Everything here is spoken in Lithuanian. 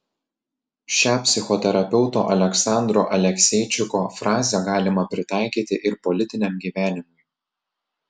šią psichoterapeuto aleksandro alekseičiko frazę galima pritaikyti ir politiniam gyvenimui